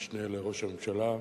המשנה לראש הממשלה,